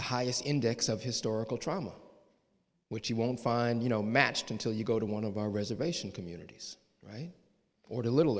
the highest index of historical trauma which you won't find you know matched until you go to one of our reservation communities right or the little